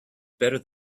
better